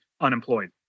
unemployed